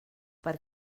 per